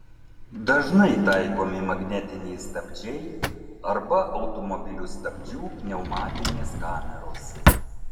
dažnai taikomi magnetiniai stabdžiai arba automobilių stabdžių pneumatinės kameros